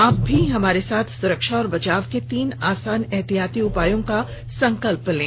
आप भी हमारे साथ सुरक्षा और बचाव के तीन आसान एहतियाती उपायों का संकल्प लें